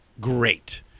great